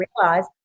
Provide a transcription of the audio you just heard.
realize